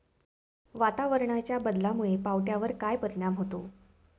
वातावरणाच्या बदलामुळे पावट्यावर काय परिणाम होतो?